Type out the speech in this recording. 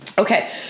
Okay